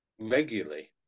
regularly